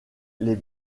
les